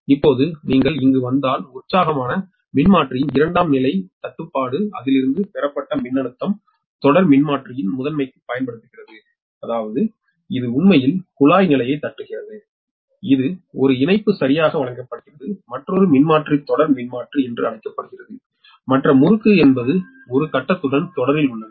இப்போது நீங்கள் இங்கு வந்தால் உற்சாகமான மின்மாற்றியின் இரண்டாம் நிலை தட்டப்பட்டு அதிலிருந்து பெறப்பட்ட மின்னழுத்தம் தொடர் மின்மாற்றியின் முதன்மைக்கு பயன்படுத்தப்படுகிறது அதாவது இது உண்மையில் குழாய் நிலையைத் தட்டுகிறது இது ஒரு இணைப்பு சரியாக வழங்கப்படுகிறது மற்றொரு மின்மாற்றி தொடர் மின்மாற்றி என்று அழைக்கப்படுகிறது மற்ற முறுக்கு என்பது 'ஒரு' கட்டத்துடன் தொடரில் உள்ளது